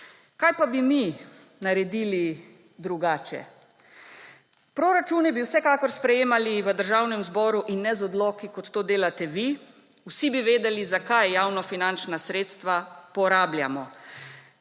Kaj pa bi mi naredili drugače? Proračunu bi vsekakor sprejemali v Državnem zboru in ne z odloki, tako kot to delate vi. Vsi bi vedeli, zakaj javnofinančna sredstva porabljamo.